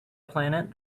planet